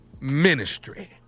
ministry